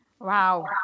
Wow